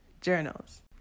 journals